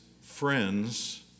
friends